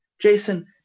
Jason